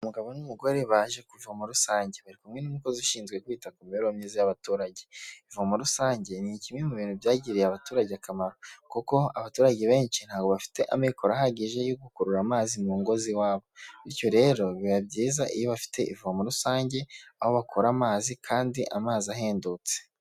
Umugabo n'umugore baje ku ivomo rusange, bari kumwe n'umukozi ushinzwe kwita ku mibereho myiza y'abaturage, ivomo rusange ni kimwe mu bintu byagiriye abaturage akamaro kuko abaturage benshi ntabwo bafite amikoro ahagije yo gukurura amazi mu ngo z'iwabo, bityo rero biba byiza iyo bafite ivomo rusange aho bakura amazi kandi amazi ahendutse.